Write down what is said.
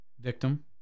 victim